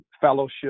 fellowship